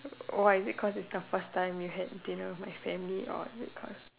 why is it cause it's the first time you had dinner with my family or is it cause